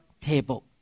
table